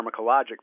pharmacologic